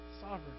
sovereign